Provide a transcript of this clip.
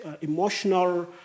emotional